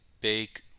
bake